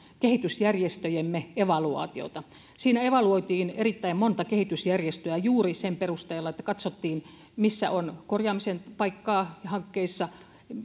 kehitysjärjestöjemme evaluaatiota siinä evaluoitiin erittäin monta kehitysjärjestöä juuri sen perusteella että katsottiin missä on korjaamisen paikkaa hankkeissa